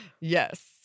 Yes